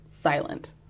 silent